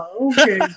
okay